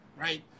right